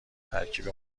ترکیب